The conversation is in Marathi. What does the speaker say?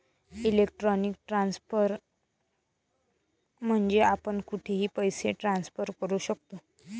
इलेक्ट्रॉनिक ट्रान्सफर म्हणजे आपण कुठेही पैसे ट्रान्सफर करू शकतो